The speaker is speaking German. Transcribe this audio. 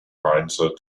heinze